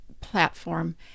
platform